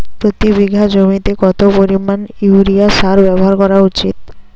প্রতি বিঘা জমিতে কত পরিমাণ ইউরিয়া সার ব্যবহার করা উচিৎ?